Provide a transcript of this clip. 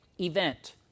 event